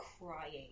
crying